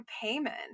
payment